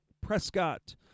Prescott